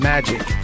Magic